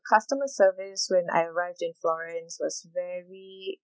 customer service when I arrived in florence was very